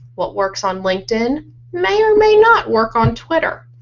what works on linkedin may or may not work on twitter.